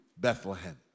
Bethlehem